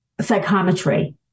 psychometry